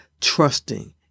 trusting